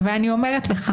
אבל אני אומרת לך: